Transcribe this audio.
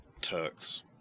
Turks